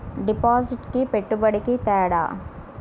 డిపాజిట్కి పెట్టుబడికి తేడా?